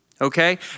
okay